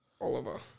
Oliver